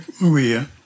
Maria